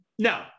No